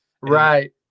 Right